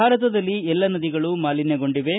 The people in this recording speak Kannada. ಭಾರತದಲ್ಲಿ ಎಲ್ಲ ನದಿಗಳು ಮಾಲಿನ್ಯಗೊಂಡಿವೆ